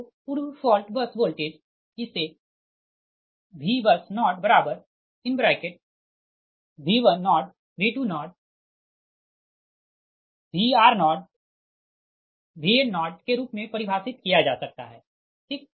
तो पूर्व fault bus voltage इसे VBUS0V10 V20 Vr0 Vn0 के रूप में परिभाषित किया जा सकता है ठीक